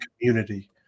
community